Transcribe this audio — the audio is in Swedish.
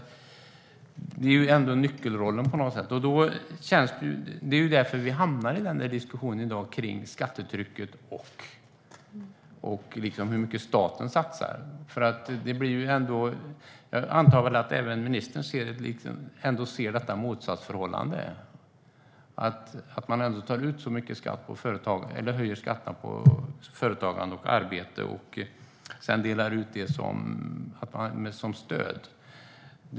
De har på något sätt nyckelrollen. Det är därför vi i dag hamnar i diskussionen om skattetrycket och hur mycket staten satsar. Jag antar att även ministern ändå ser detta motsatsförhållande. Man höjer skatterna på företagande och arbete och delar sedan ut det som stöd.